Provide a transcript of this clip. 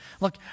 Look